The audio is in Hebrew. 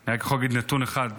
אני רק יכול להגיד נתון אחד: